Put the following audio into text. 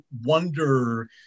wonder